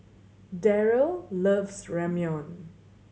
Daryle loves Ramyeon